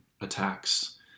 attacks